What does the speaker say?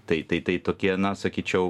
tai tai tokie na sakyčiau